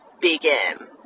begin